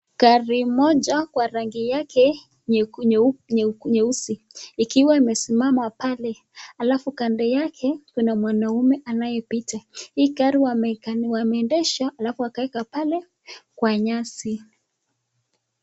Gari moja kwa rangi yake nyeusi ikiwa imesimama pale alafu kando yake kuna mwanaume anayepita. Hii gari wameendesha alafu wakaeka pale kwa nyasi.